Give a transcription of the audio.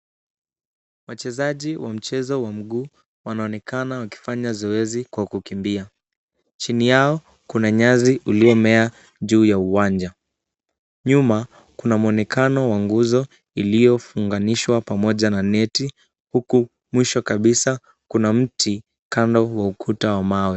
Wachezaji wa mchezo wa mguu wanaonekana wakifanya zoezi kwa kukimbia. Chini yao kuna nyasi uliomea juu ya uwanja. Nyuma, kuna mwonekano wa nguzo iliyofunganishwa pamoja na neti huku mwisho kabisa kuna mti kando wa ukuta wa mawe.